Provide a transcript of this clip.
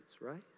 right